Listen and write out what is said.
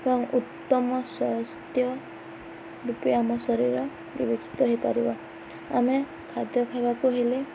ଏବଂ ଉତ୍ତମ ସ୍ୱାସ୍ଥ୍ୟ ରୂପେ ଆମ ଶରୀର ବିବେଚିତ ହୋଇପାରିବ ଆମେ ଖାଦ୍ୟ ଖାଇବାକୁ ହେଲେ